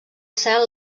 cel